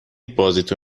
بازیتو